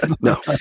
no